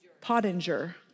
Pottinger